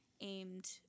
aimed